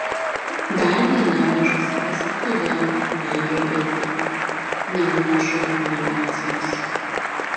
dar viena priežastis kodėl vengiau eiti nemokšų rekomendacijos